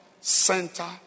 center